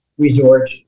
Resort